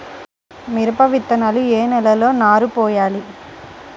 మిరప విత్తనాలు ఏ నెలలో నారు పోయాలి?